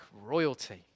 royalty